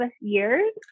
years